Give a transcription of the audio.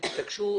אם תתעקשו,